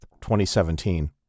2017